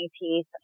piece